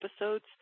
episodes